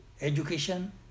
education